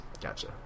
gotcha